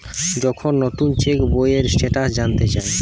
যখন নুতন চেক বইয়ের স্টেটাস জানতে চায়